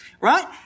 Right